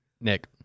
Nick